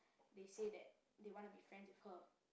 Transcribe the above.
they say that they wanna be friends with her